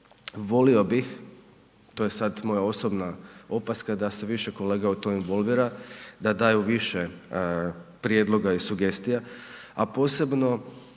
Volio bih, to je sad moja osobna opaska da se više kolega o tome involvira, da daju više prijedloga i sugestija, a posebno